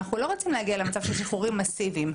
אנחנו לא רוצים להגיע למצב של שחרורים מאסיביים.